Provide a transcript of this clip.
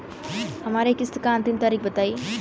हमरे किस्त क अंतिम तारीख बताईं?